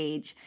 Age